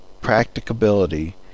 practicability